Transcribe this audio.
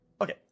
okay